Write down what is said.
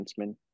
defenseman